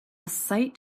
sight